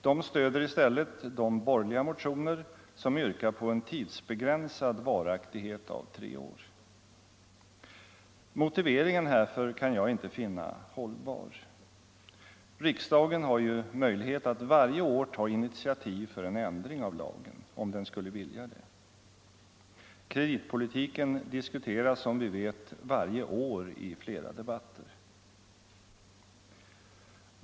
De stöder i stället de borgerliga motioner som yrkar på en tidsbegränsad varaktighet av tre år. Motiveringen härför kan jag inte finna hållbar. Riksdagen har ju möjlighet att varje år ta initiativ till en ändring av lagen, om den skulle vilja det. Kreditpolitiken diskuteras, som vi vet, varje år i flera debatter.